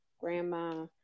grandma